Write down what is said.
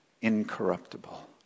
incorruptible